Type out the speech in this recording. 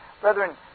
Brethren